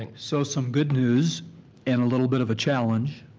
and so some good news and a little bit of a challenge,